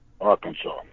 Arkansas